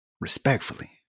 Respectfully